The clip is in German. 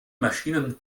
maschinen